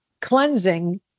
cleansing